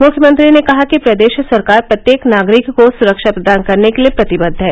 मुख्यमंत्री ने कहा कि प्रदेश सरकार प्रत्येक नागरिक को सुरक्षा प्रदान करने के लिए प्रतिबद्ध है